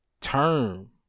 term